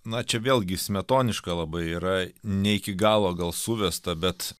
na čia vėlgi smetoniška labai yra ne iki galo gal suvesta bet